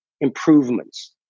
improvements